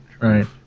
right